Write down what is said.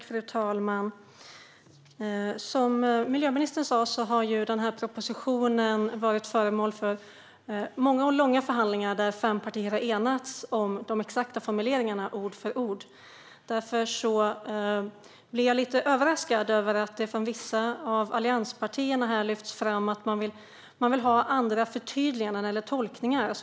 Fru talman! Som miljöministern sa har propositionen varit föremål för många och långa förhandlingar, där fem partier har enats om de exakta formuleringarna ord för ord. Därför blir jag lite överraskad över att det från vissa av allianspartierna här lyfts fram att man vill ha andra förtydliganden eller tolkningar.